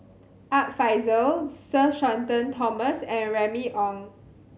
Art Fazil Sir Shenton Thomas and Remy Ong